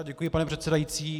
Děkuji, pane předsedající.